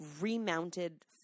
remounted